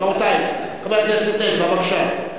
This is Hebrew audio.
חבר הכנסת עזרא, בבקשה.